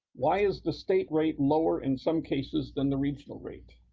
why is the state rate lower in some cases than the regional rate?